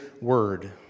Word